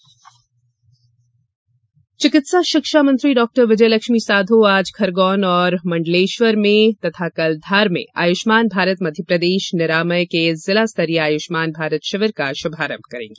विजयलक्ष्मी चिकित्सा शिक्षा मंत्री डॉ विजयलक्ष्मी साधौ आज खरगोन और मण्डलेश्वर में तथा कल धार में आयुष्मान भारत मध्यप्रदेश निरामयम के जिला स्तरीय आयुष्मान भारत शिविर का शुभारंभ करेंगी